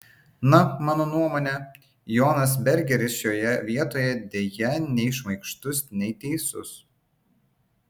na mano nuomone jonas bergeris šioje vietoje deja nei šmaikštus nei teisus